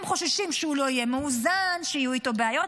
הם חוששים שהוא לא יהיה מאוזן, שיהיו איתו בעיות,